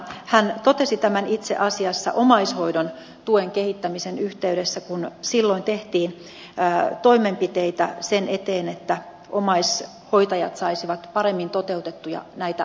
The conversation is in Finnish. hän totesi tämän itse asiassa omaishoidon tuen kehittämisen yhteydessä kun silloin tehtiin toimenpiteitä sen eteen että omaishoitajat saisivat paremmin toteutettuja vapaapäiviä